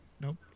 Nope